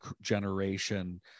generation